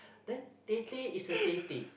then tete is a tete